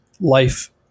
life